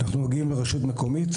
אנחנו מגיעים לרשות מקומית,